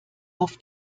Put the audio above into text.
auf